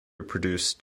produce